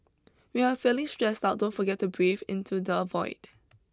when you are feeling stressed out don't forget to breathe into the void